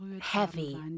heavy